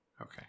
Okay